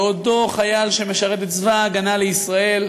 בעודו חייל שמשרת בצבא ההגנה לישראל,